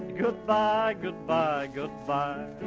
goodbye, goodbye, goodbye.